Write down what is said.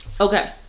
okay